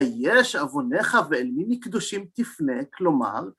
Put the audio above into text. ‫היש עונך ואל מי מקדושים תפנה, כלומר...